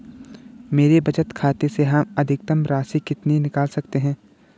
मेरे बचत खाते से हम अधिकतम राशि कितनी निकाल सकते हैं?